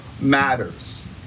matters